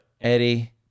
Eddie